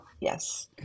Yes